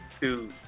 two